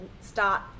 start